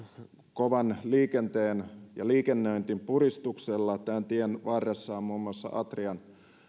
kovan liikenteen ja liikennöinnin puristuksessa tämän tien varressa on muun muassa atrian